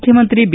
ಮುಖ್ಯಮಂತ್ರಿ ಬಿ